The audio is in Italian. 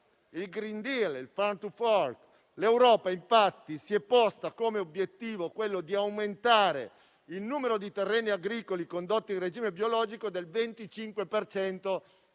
il *green deal*,il *farm to fork*. L'Europa, infatti, si è posta come obiettivo quello di aumentare il numero di terreni agricoli condotti in regime biologico del 25